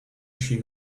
she